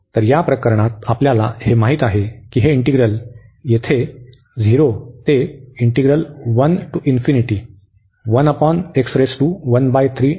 तर या प्रकरणात आम्हाला हे माहित आहे की हे इंटीग्रल येथे 0 ते पर्यंत आहे